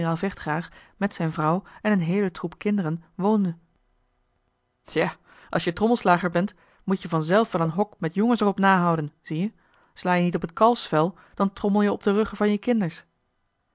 vechtgraag met zijn vrouw en een heele troep kinderen woonde ja als je trommelslager bent moet-je van zelf wel een hok met jongens er op na houden zie-je sla je niet op het kalfsvel dan trommel je op de ruggen van je kinders